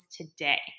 today